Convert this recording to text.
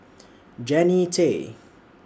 Jannie Tay